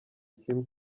kimwe